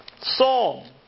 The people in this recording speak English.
psalm